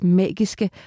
magiske